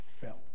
felt